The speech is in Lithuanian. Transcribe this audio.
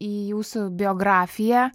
į jūsų biografiją